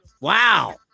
Wow